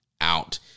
out